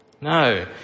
No